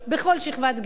בכל שכבת גיל,